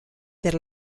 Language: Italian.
per